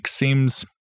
seems